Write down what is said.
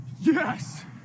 Yes